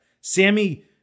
Sammy